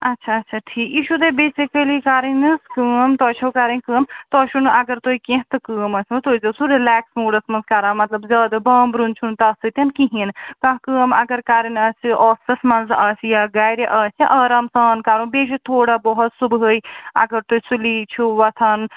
اَچھا اَچھا ٹھیٖک یہِ چھُو تۄہہِ بیسِکٔلی کَرٕنۍ حظ کٲم تۄہہِ چھو کَرٕنۍ کٲم تۄہہِ چھُو نہ اَگر تۄہہ کیٚنٛہہ تہِ کٲم آسو تُہۍ ٲسۍزیٚو سُہ رِلیٚکٕس موٗڈَس منٛز کَران مطلب زیادٕ بامبرُن چھُنہٕ تَتھ سۭتٮ۪ن کِہیٖنٛۍ کانٛہہ کٲم اگر کَرٕنۍ آسہِ آفیسَس منٛز آسہِ یا گَرِ آسہِ آرام سان کَرُن بیٚیہِ چھُ تھوڑا بہت صُبحٲے اگر تُہۍ سُلی چھُو وۄتھان